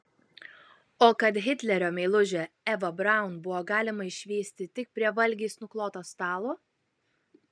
o kad hitlerio meilužę evą braun buvo galima išvysti tik prie valgiais nukloto stalo